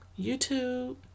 YouTube